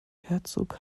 herzog